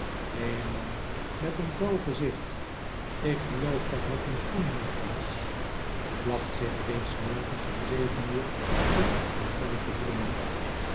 een man met een vuil gezicht ik geloof dat het een schoenmaker was placht zich reeds s mdrgens om zeven uur in de gang te dringen